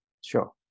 Sure